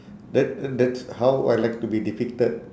that that's how I like to be depicted